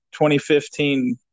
2015